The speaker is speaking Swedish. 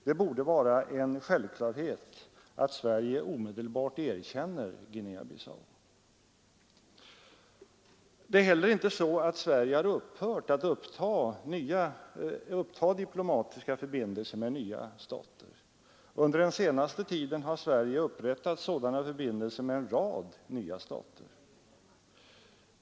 Det borde vara en självklarhet att Sverige omedelbart erkänner Guinea-Bissau. Det är heller inte så att Sverige har upphört att uppta diplomatiska förbindelser med nya stater. Under den senaste tiden har Sverige upprättat sådana förbindelser med en rad nya stater.